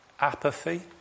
apathy